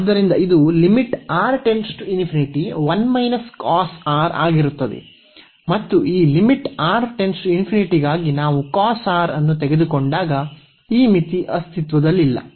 ಆದ್ದರಿಂದ ಇದು ಆಗಿರುತ್ತದೆ ಮತ್ತು ಈ ಗಾಗಿ ನಾವು ಅನ್ನು ತೆಗೆದುಕೊಂಡಾಗ ಈ ಮಿತಿ ಅಸ್ತಿತ್ವದಲ್ಲಿಲ್ಲ